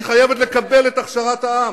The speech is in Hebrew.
על חודו של, מי יממן את הקמפיין הזה?